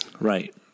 Right